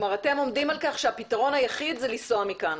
כלומר אתם עומדים על כך שהפתרון היחיד זה לנסוע מכאן,